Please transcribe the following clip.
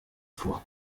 vor